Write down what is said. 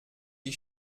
die